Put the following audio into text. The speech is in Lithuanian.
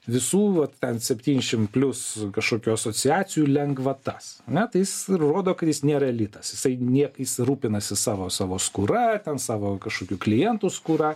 visų vat ten septyniasdešimt plius kažkokio asociacijų lengvatas ane tai jis rodo kad jis nėra elitas jisai niekais rūpinasi savo savo skūra ten savo kažkokių klientų skūra